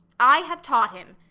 i have taught him,